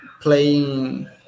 playing